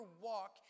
walk